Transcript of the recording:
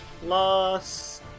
plus